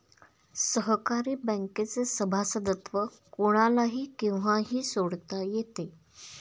सहकारी बँकेचे सभासदत्व कोणालाही केव्हाही सोडता येते